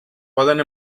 poden